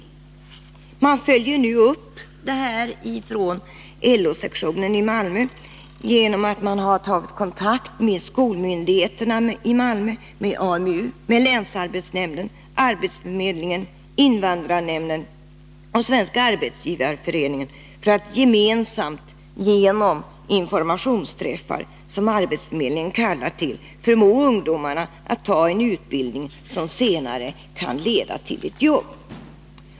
LO-sektionen i Malmö följer nu upp denna undersökning genom att ta kontakt med skolmyndigheterna i Malmö, med AMU, länsarbetsnämnden, arbetsförmedlingen, invandrarnämnden och Svenska arbetsgivareföreningen för att gemensamt genom informationsträffar som arbetsförmedlingen kallar till förmå ungdomarna att ta en utbildning som senare kan leda till ett jobb.